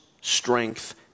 strength